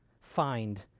find